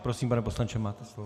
Prosím, pane poslanče, máte slovo.